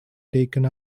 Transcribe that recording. taken